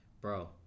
bro